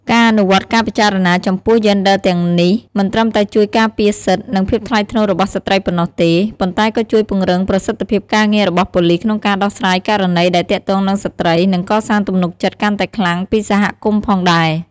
ការអនុវត្តការពិចារណាចំពោះយេនឌ័រទាំងនេះ មិនត្រឹមតែជួយការពារសិទ្ធិ និងភាពថ្លៃថ្នូររបស់ស្ត្រីប៉ុណ្ណោះទេ ប៉ុន្តែក៏ជួយពង្រឹងប្រសិទ្ធភាពការងាររបស់ប៉ូលិសក្នុងការដោះស្រាយករណីដែលទាក់ទងនឹងស្ត្រី និងកសាងទំនុកចិត្តកាន់តែខ្លាំងពីសហគមន៍ផងដែរ។